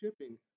shipping